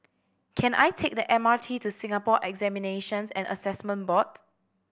can I take the M R T to Singapore Examinations and Assessment Board